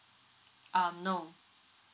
um no